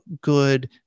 good